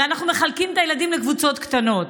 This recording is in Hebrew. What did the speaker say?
הרי אנחנו מחלקים את הילדים לקבוצות קטנות.